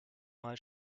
mal